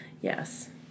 Yes